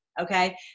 Okay